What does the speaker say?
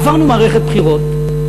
עברנו מערכת בחירות,